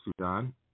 Sudan